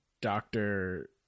doctor